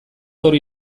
hori